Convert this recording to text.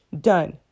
done